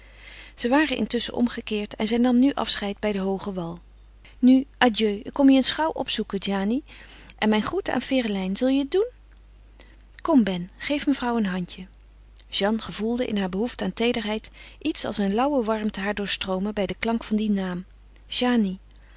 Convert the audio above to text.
zij waren intusschen omgekeerd en zij nam nu afscheid bij den hoogewal nu adieu ik kom je eens gauw opzoeken jany en mijn groeten aan ferelijn zal je het doen kom ben geef mevrouw een handje jeanne gevoelde in haar behoefte aan teederheid iets als een lauwe warmte haar doorstroomen bij den klank van dien naam